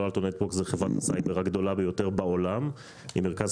חברת הסייבר הגדולה ביותר בעולם עם מרכז